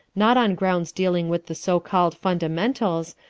not on grounds dealing with the so-called fundamentals,